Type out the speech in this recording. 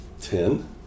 Ten